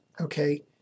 Okay